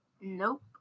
Nope